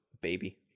baby